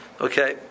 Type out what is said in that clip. Okay